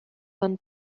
one